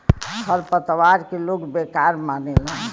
खर पतवार के लोग बेकार मानेले